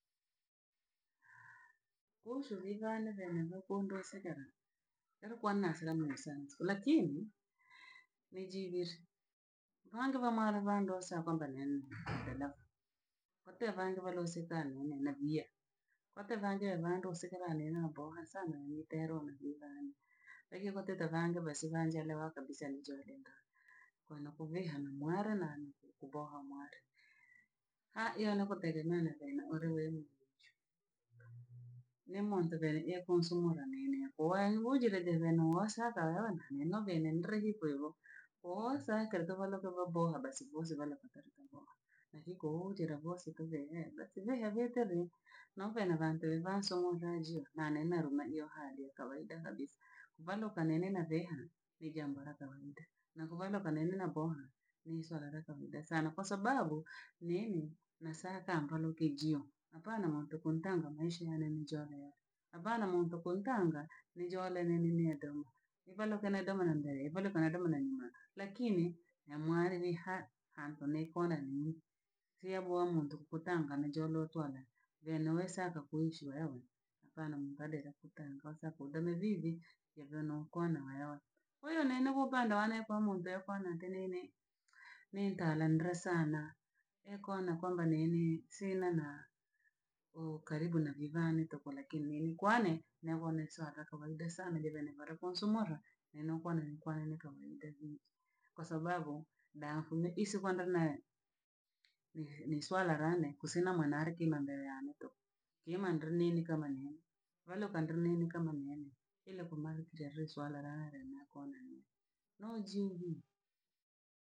Kuusu vivane venevo kondosekera alokwannaasira no ni sensi lakini nijibishi. Mpango bha mwana bha ndosa kwamba nende ndelafa kote bhando bhaloseta no nene bhyee. Kwate bhange bhando nsekera lena boha sana ni tero na vee vaani. Egigoteta vhange vasiva njere wa kabisa ni njoerenda. Kwano koveha na mware nani ku- kuboha mwari. Ha iyo na kodegena na tena ole wenu. Ne muntu behe ye kunsumura neyaneya kowahi wojidedevenuwosaka ne no vene ntoreki kwevo. Oho sakeretovolotovo boha basi bose bhalapatalika boha. Na higo jerabhose tuvehe, basi neha vepere. No vena vywantwe va somo va ajira nane nalomanio ha de kawaida kabisa. Valokanene na veha ne jambo la kawaida na kovaloka nene na boha ni swala la kawaida sana kwa sababu niini nasata nvalokijio apana muntu kuntanga mwishene nijorere, abana muntu kuntanga nijore nenene dhoho. Nivaluke ni doma na mbele ebolo pana doma na nyuma, lakini ya mware ne ha- hantonekonanini siebho muntu kutanga ne njorotware venuwe saka kuishi wewe nakaa na muntu aleja kutanga wasapo ndame vivi, yaveno kwo na wewe, wewe nene upande wane pamunde pane ndenene nenkaranandra sana enkana kwamba nene sina na ukaribu na vii vane toho lakini ni kwane nebhone saga kawaida sana nevene vara konsumura nene nkuwa na nkware kawaida gete kwa sababu da me isukwandang'ane, ni- nisuala rane kusi na mwana ake na mbele yake dhoho kiima ndri nene kama nene. Valokandri nene kama nene elo komare jere swala larena kwa manii no jingi.